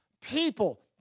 people